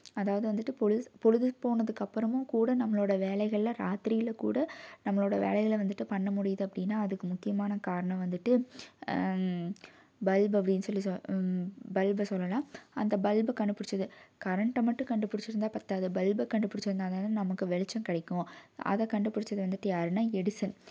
அதாவது வந்துட்டு பொழுது பொழுதுப்போனதுக்கு அப்புறமும் கூட நம்மளோட வேலைகளை இராத்திரியில் கூட நம்மளோட வேலைகளை வந்துட்டு பண்ண முடியுது அப்படின்னால் அதுக்கு முக்கியமான காரணம் வந்துட்டு பல்ப் அப்படின்னு சொல்லி சொ பல்பை சொல்லலாம் அந்த பல்பை கண்டுபிடிச்சது கரண்ட்டை மட்டும் கண்டுபிடிச்சிருந்தா பற்றாது பல்பை கண்டுபிடிச்சிருந்தாதான நமக்கு வெளிச்சம் கிடைக்கும் அதை கண்டுபிடிச்சது வந்துட்டு யாருன்னால் எடிசன்